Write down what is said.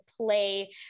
play